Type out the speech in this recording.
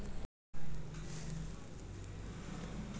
green house లో కొన్ని రకాల మొక్కలను పెంచడం వలన మంచి దిగుబడి రాబట్టవచ్చు